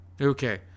Okay